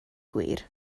gwir